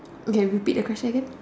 okay repeat the question again